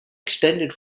extended